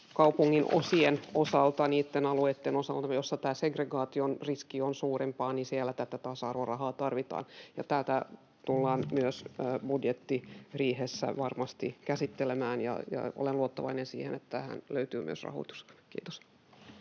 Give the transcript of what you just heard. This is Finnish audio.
kaupunginosien osalta, niitten alueitten osalta, joissa segregaation riski on suurempi, tasa-arvorahaa tarvitaan. Tätä tullaan myös budjettiriihessä varmasti käsittelemään, ja olen luottavainen, että tähän löytyy myös rahoitusta. — Kiitos.